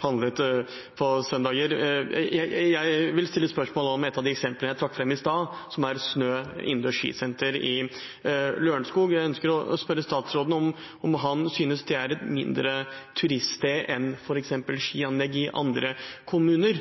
handlet på søndager. Jeg vil stille spørsmål om et av de eksemplene jeg trakk fram i stad, som er SNØ, et innendørs skisenter i Lørenskog. Jeg ønsker å spørre statsråden om han synes det i mindre grad er et turiststed enn f.eks. skianlegg i andre kommuner,